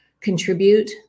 contribute